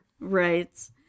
Right